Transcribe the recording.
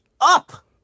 Up